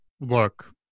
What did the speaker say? look